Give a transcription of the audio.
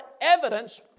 evidence